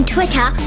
Twitter